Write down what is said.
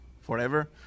forever